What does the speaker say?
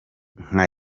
nka